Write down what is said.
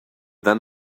then